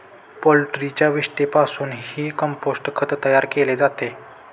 पोल्ट्रीच्या विष्ठेपासूनही कंपोस्ट खत तयार केले जाते